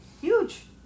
huge